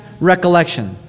recollection